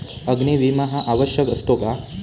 अग्नी विमा हा आवश्यक असतो का?